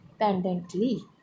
independently